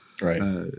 Right